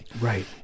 Right